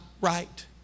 right